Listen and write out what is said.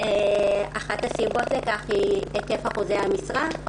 אחת הסיבות לכך היא היקף אחוזי המשרה,